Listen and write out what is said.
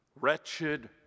Wretched